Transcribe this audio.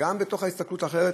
גם בתוך ההסתכלות האחרת,